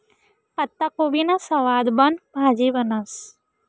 पत्ताकोबीनी सवादबन भाजी बनस